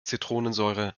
zitronensäure